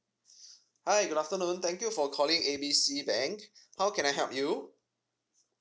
hi good afternoon thank you for calling A B C bank how can I help you